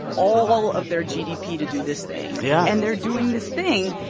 all all of their gdp to do this thing yeah and they're doing this thing.